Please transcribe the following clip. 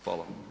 Hvala.